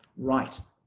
right!